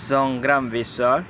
Sangram Biswal